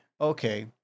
Okay